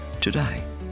today